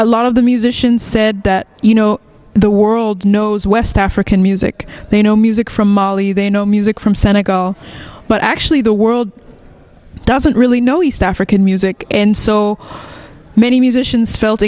a lot of the musicians said that you know the world knows west african music they know music from mali they know music from senegal but actually the world doesn't really know east african music and so many musicians felt